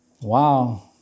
Wow